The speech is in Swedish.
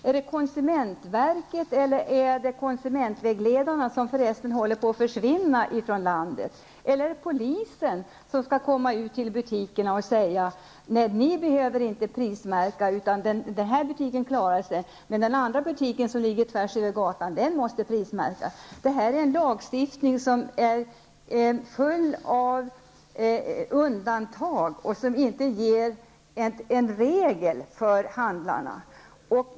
Är det konsumentverket eller är det konsumentvägledarna, som ju håller på att försvinna, eller är det polisen som skall komma till butikerna och säga att en viss butik inte behöver prismärka sina varor medan en annan butik tvärs över gatan måste prismärka sina varor? Detta är en lagstiftning som är full av undantag och som inte ger en regel för handlarna.